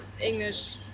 english